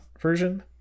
version